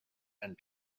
and